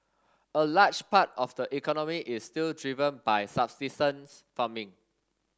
a large part of the economy is still driven by subsistence farming